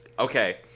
Okay